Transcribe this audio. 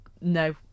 no